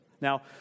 Now